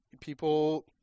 people